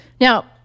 Now